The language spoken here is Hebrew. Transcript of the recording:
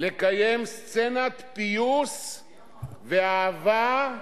לקיים סצנת פיוס ואהבה,